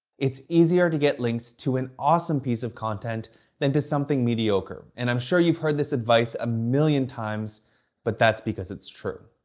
it's easier to get links to an awesome piece of content than to something mediocre. and i'm sure you've heard this advice a million times but that's because it's true.